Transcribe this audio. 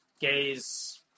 gays